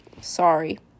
sorry